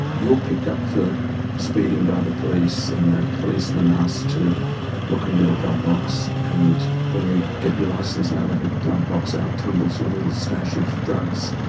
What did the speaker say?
you're picked up for speeding by the police and the policeman asks to look in your glove box and when you get your license out of your glove box, out tumbles your little stash of drugs.